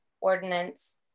ordinance